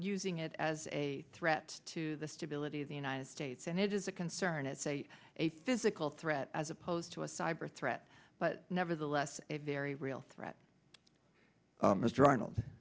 using it as a threat to the stability of the united states and it is a concern and say a physical threat as opposed to a cyber threat but nevertheless a very real threat mr arnold